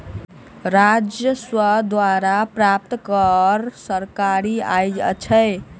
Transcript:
राजस्व द्वारा प्राप्त कर सरकारी आय अछि